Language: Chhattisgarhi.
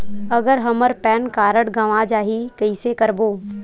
अगर हमर पैन कारड गवां जाही कइसे करबो?